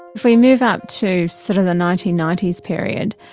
if we move up to sort of the nineteen ninety s period,